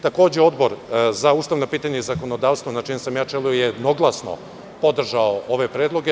Takođe, Odbor za ustavna pitanja i zakonodavstvo, na čijem sam ja čelu, jednoglasno je podržao ove predloge.